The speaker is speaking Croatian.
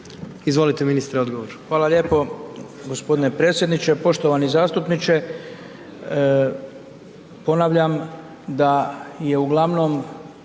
Izvolite ministre, odgovor.